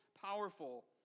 powerful